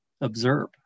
observe